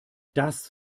das